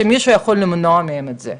שמישהו יכול למנוע את זה מהם.